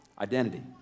identity